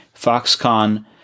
Foxconn